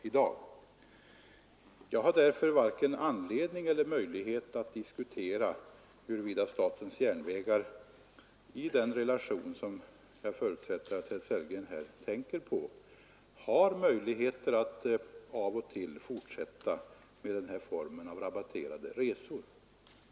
Därför har jag inte vare sig anledning eller möjlighet att diskutera huruvida statens järnvägar i den relation, som jag förutsätter att herr Sellgren tänker på, kan fortsätta med denna form av rabatterade resor.